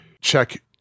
check